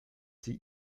sie